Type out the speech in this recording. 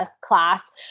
class